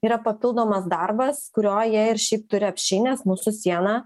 yra papildomas darbas kurio jie ir šiaip turi apsčiai nes mūsų siena